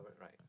right